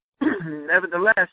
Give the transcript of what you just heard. Nevertheless